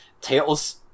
Tails